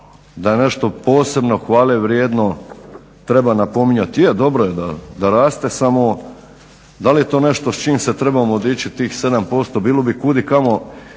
da je nešto posebno hvale vrijedno treba napominjati. Je, dobro je da raste samo da li je to nešto s čim se trebamo dičiti tih 7%? Bilo bi kudikamo